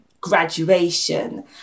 Graduation